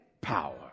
power